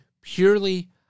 purely